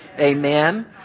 Amen